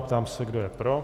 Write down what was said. Ptám se, kdo je pro.